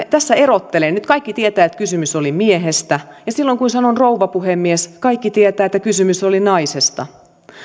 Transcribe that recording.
tässä erotellaan nyt kaikki tietävät että kysymys oli miehestä ja silloin kun sanon rouva puhemies kaikki tietävät että kysymys oli naisesta